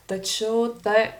tačiau ta